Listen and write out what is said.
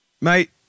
Mate